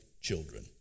children